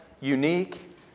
unique